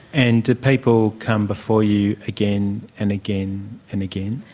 and do people come before you again and again and again?